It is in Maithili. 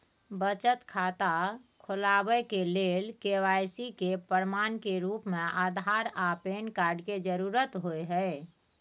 बचत खाता खोलाबय के लेल के.वाइ.सी के प्रमाण के रूप में आधार आर पैन कार्ड के जरुरत होय हय